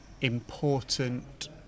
important